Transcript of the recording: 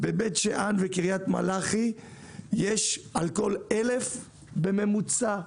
בבית שאן ובקריית מלאכי יש תחנה לכל 1,000 תושבים בממוצע.